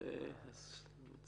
אז שוב,